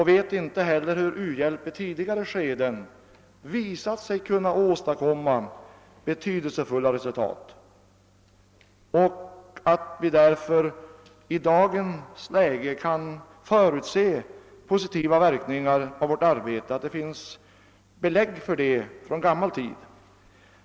De vet inte heller att det redan i tidigare skeden har visat sig att man med u-hjälp kunnat åstadkomma betydelsefulla resultat och att vi därför i dagens läge kan förutse positiva verkningar av vårt arbete — det finns belägg för det sedan länge.